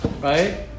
right